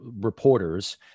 reporters